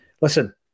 listen